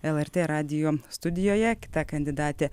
lrt radijo studijoje kita kandidatė